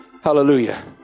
Hallelujah